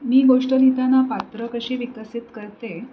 मी गोष्ट लिहिताना पात्रं कशी विकसित करते